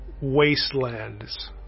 wastelands